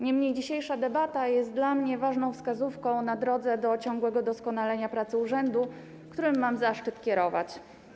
Niemniej dzisiejsza debata jest dla mnie ważną wskazówką na drodze do ciągłego doskonalenia pracy urzędu, którym mam zaszczyt kierować.